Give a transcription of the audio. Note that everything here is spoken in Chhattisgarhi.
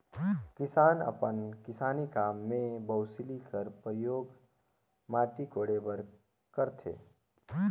किसान अपन किसानी काम मे बउसली कर परियोग माटी कोड़े बर करथे